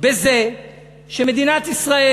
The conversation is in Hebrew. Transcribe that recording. בזה שמדינת ישראל,